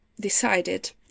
decided